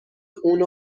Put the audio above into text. اون